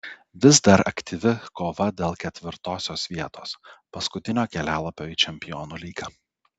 vis dar aktyvi kova dėl ketvirtosios vietos paskutinio kelialapio į čempionų lygą